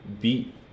beat